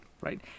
Right